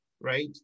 right